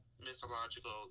Mythological